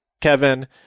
Kevin